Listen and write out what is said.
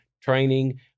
training